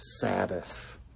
Sabbath